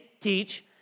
teach